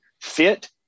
Fit